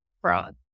fraud